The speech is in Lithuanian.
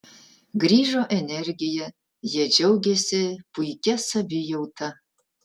grįžo energija jie džiaugėsi puikia savijauta